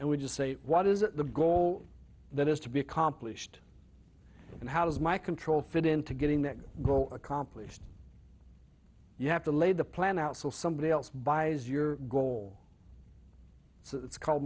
and we just say what is the goal that has to be accomplished and how does my control fit into getting that goal accomplished you have to lay the plan out so somebody else buys your goal it's called